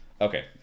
Okay